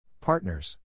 Partners